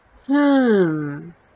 hmm